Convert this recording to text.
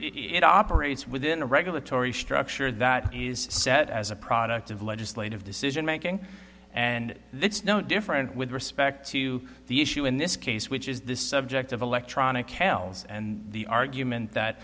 it operates within a regulatory structure that is set as a product of legislative decision making and it's no different with respect to the issue in this case which is the subject of electronic kells and the argument that